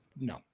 No